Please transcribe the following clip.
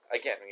Again